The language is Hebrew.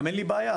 גם אין לי בעיה.